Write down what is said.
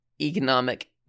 economic